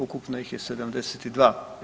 Ukupno ih je 72.